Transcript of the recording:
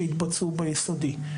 שיתבצעו ביסודי.